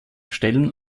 stellen